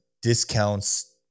Discounts